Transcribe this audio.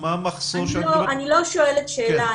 אני לא שואלת שאלה,